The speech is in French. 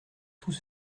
tous